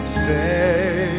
say